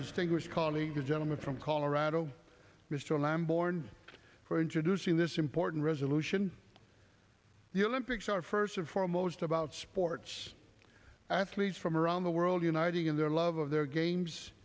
distinguished colleague the gentleman from colorado mr lamb born for introducing this important resolution the olympics are first and foremost about sports athletes from around the world uniting in their love of their games